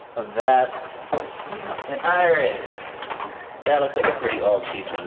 a vest and iron that looks like a pretty old cheap one. oh,